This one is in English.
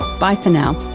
bye for now